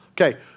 Okay